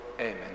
Amen